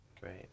Great